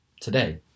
today